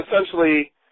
essentially